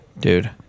Dude